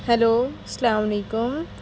hello سلام علیکم